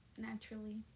naturally